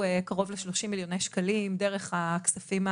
התקבלו קרוב ל-30 מיליוני שקלים דרך הכספים,